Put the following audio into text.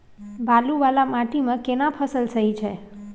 बालू वाला माटी मे केना फसल सही छै?